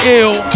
ill